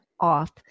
off